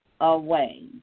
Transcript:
away